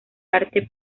arte